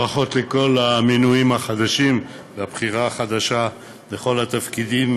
ברכות לכל המינויים החדשה והבחירה החדשה לכל התפקידים,